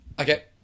Okay